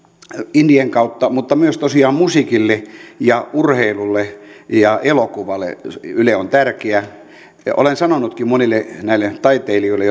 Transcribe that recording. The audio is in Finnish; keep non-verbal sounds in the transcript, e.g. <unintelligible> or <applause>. indien kautta mutta myös tosiaan musiikille urheilulle ja elokuvalle yle on tärkeä olen sanonutkin monille näille taiteilijoille <unintelligible>